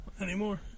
anymore